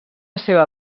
seva